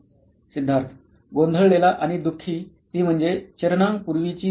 सिद्धार्थ गोंधळलेला आणि दुखी ती म्हणजे चरणांपूर्वीची भावना